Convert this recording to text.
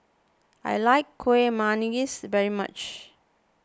I like Kuih Manggis very much